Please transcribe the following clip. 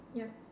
yup